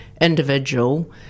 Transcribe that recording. individual